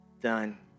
done